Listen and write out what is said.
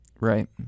Right